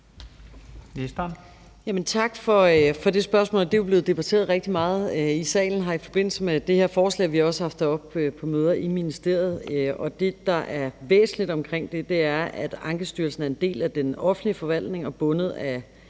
Tak for det spørgsmål. Det er jo blevet debatteret rigtig meget salen i forbindelse med det her forslag, og vi har også haft det op på møder i ministeriet. Det, der er væsentligt omkring det, er, at Ankestyrelsen er en del af den offentlige forvaltning og bundet af